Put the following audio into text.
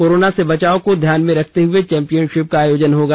corona से बचाव को ध्यान में रखते हुए चौंपियनशिप का आयोजन होगा